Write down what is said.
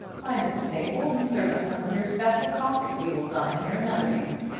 find us a table and serve us some of your special coffee. we will dine here another evening.